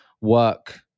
work